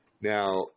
Now